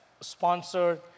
sponsored